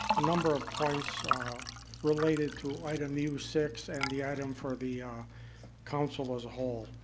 a number of points related to item u six and the item for the council as a whole.